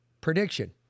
prediction